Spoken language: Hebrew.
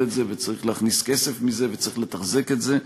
את זה וצריך להכניס כסף מזה וצריך לתחזק את זה,